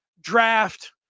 draft